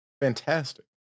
Fantastic